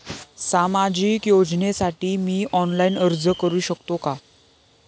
सामाजिक योजनेसाठी मी ऑनलाइन अर्ज करू शकतो का?